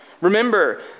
Remember